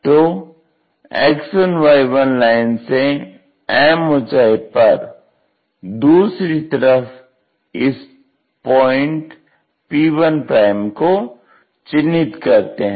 तो X1Y1 line से m ऊंचाई पर दूसरी तरफ इस पॉइंट p1 को चिन्हित करते हैं